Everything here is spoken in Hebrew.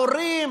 ההורים,